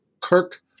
Kirk-